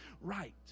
right